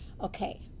okay